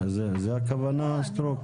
זאת הכוונה, חברת הכנסת סטרוק?